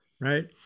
right